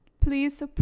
please